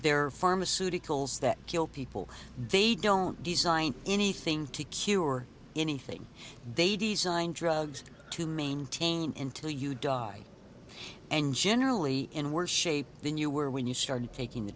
are pharmaceuticals that kill people they don't design anything to cure anything they design drugs to maintain into you die and generally in worse shape than you were when you started taking the